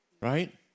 Right